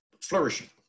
flourishing